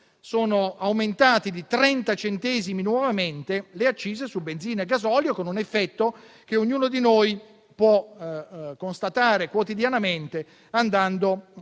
nuovamente di 30 centesimi le accise su benzina e gasolio, con un effetto che ognuno di noi può constatare quotidianamente, andando a